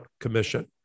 Commission